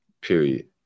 Period